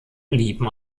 blieben